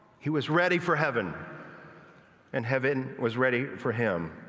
he was ready for heaven and heaven was ready for him.